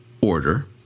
order